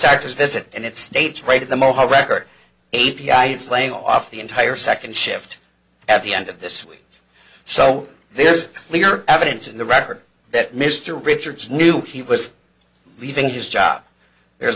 doctor's visit and it states right at the mo how record a p i is laying off the entire second shift at the end of this week so there's clear evidence in the record that mr richards knew he was leaving his job there's